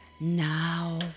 now